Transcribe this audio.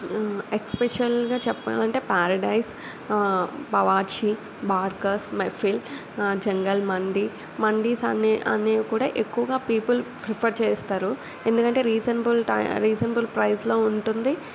ఎస్స్పెషల్గా చెప్పాలి అంటే పారడైస్ బావార్చి బార్కస్ మైఫిల్ జంగల్ మండీ మండీస్ అన్నీ అనేవి కూడా ఎక్కువగా పీపుల్ రెఫర్ చేస్తారు ఎందుకంటే రీజన్బుల్ టై రీజన్బుల్ ప్రైస్లో ఉంటుంది